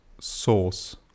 source